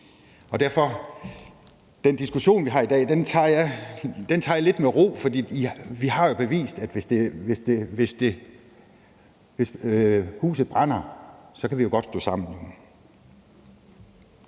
tager jeg den diskussion, vi har i dag, lidt med ro, for vi har bevist, at hvis huset brænder, kan vi godt stå sammen. Når det